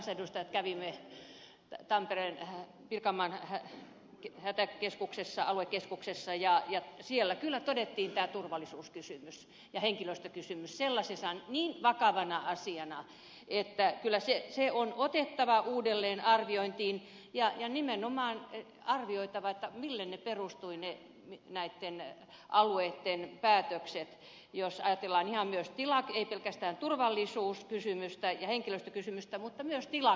me pirkanmaalaiset kansanedustajat kävimme pirkanmaan hätäkeskuksessa aluekeskuksessa ja siellä kyllä todettiin tämä turvallisuuskysymys ja henkilöstökysymys niin vakavana asiana että kyllä se on otettava uudelleenarviointiin ja on nimenomaan arvioitava mille perustuivat näitten alueitten päätökset jos ajatellaan ei pelkästään turvallisuuskysymystä ja henkilöstökysymystä vaan myös tilakysymystä